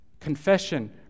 confession